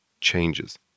changes